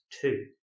two